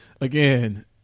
again